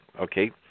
okay